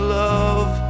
love